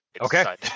Okay